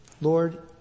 Lord